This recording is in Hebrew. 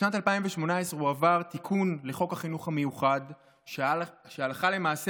בשנת 2018 הועבר תיקון לחוק החינוך המיוחד שהלכה למעשה